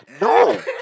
no